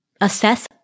assess